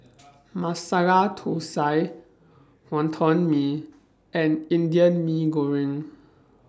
Masala Thosai Wonton Mee and Indian Mee Goreng